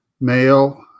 male